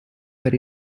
per